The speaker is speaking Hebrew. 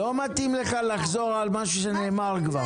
לא מתאים לך לחזור על מה שנאמר כבר.